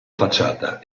facciata